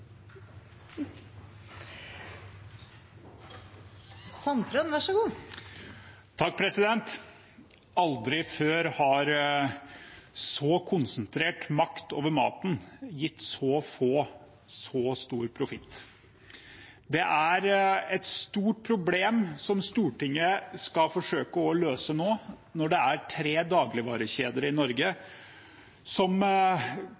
Aldri før har så konsentrert makt over maten gitt så få så stor profitt. Det er et stort problem Stortinget skal forsøke å løse nå når det er tre dagligvarekjeder i Norge som